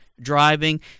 driving